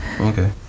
Okay